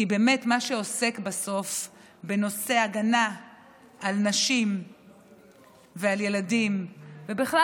כי באמת מה שעוסק בסוף בנושא הגנה על נשים ועל ילדים ובכלל,